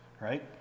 right